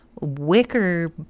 wicker